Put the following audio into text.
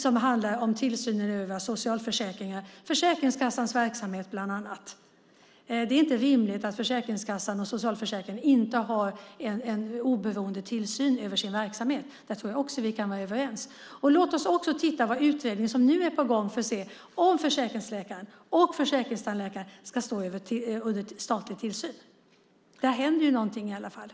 Den handlar om tillsynen över socialförsäkringar och bland annat Försäkringskassans verksamhet. Det är inte rimligt att det inte finns en oberoende tillsyn över socialförsäkringarna och Försäkringskassans verksamhet. Där tror jag också att vi kan vara överens. Låt oss också titta på vad utredningen som nu är på gång säger om att försäkringsläkaren och försäkringstandläkaren ska stå under statlig tillsyn. Där händer det i varje fall någonting.